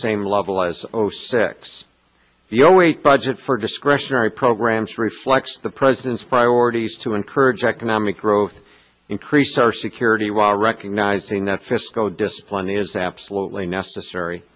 same level as ost six the zero eight budget for discretionary programs reflects the president's priorities to encourage economic growth increase our security while recognizing that cisco discipline is absolutely necessary